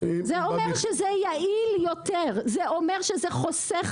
--- זה אומר שזה יותר יעיל, זה אומר שזה חוסך